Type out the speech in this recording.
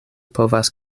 povas